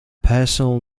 personal